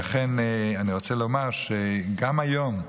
ואכן, אני רוצה לומר שגם היום,